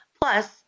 Plus